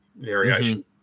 variation